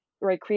right